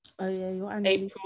April